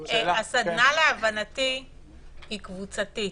הסדנה להבנתי היא קבוצתית.